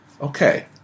Okay